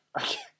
Okay